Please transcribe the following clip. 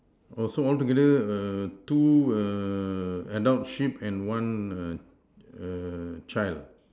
oh so altogether err two err adult sheep and one err child